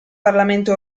parlamento